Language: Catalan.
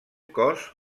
cos